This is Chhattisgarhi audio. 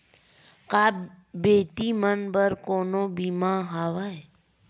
का बेटी मन बर कोनो बीमा हवय?